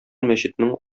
мәчетнең